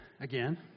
again